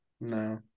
No